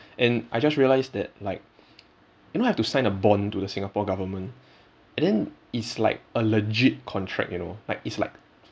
and I just realised that like you know I have to sign a bond to the singapore government and then it's like a legit contract you know like it's like